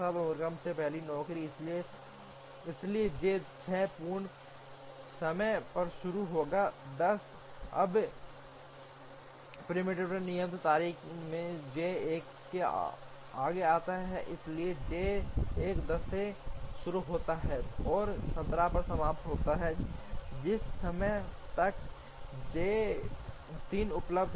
अनुक्रम में पहली नौकरी इसलिए जे 2 6 पूर्ण समय पर शुरू होता है 10 अब प्रीमेप्टिव नियत तारीख जे 1 से आगे आता है इसलिए जे 1 10 से शुरू होता है और 17 पर समाप्त होता है जिस समय तक जे 3 उपलब्ध है